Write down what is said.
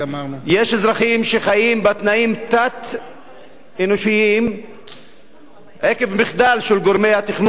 שחיים בתנאים תת-אנושיים עקב מחדל של גורמי התכנון,